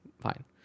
fine